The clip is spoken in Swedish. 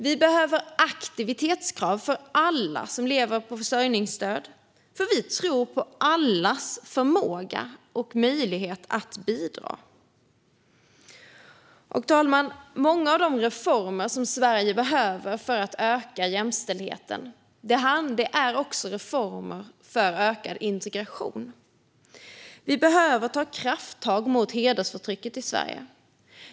Vi behöver aktivitetskrav för alla som lever på försörjningsstöd, för vi tror på allas förmåga och möjlighet att bidra. Fru talman! Många av de reformer som Sverige behöver för att öka jämställdheten är också reformer för ökad integration. Vi behöver ta krafttag mot hedersförtrycket i Sverige.